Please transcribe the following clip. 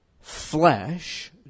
flesh